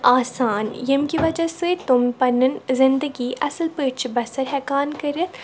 آسان ییٚمہِ کہِ وَجہ سۭتۍ تم پَننیٚن زندگی اَصٕل پٲٹھۍ چھِ بَسَر ہیٚکان کٔرِتھ